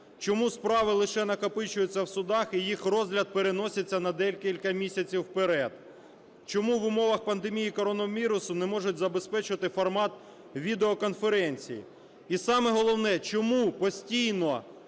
чому справи лише накопичуються в судах і їх розгляд переноситься на декілька місяців вперед; чому в умовах пандемії коронавірусу не можуть забезпечити формат відеоконференцій. І, саме головне, чому постійно